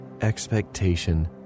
expectation